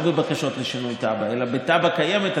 לא בבקשות לשינוי תב"ע אלא בתב"ע קיימת,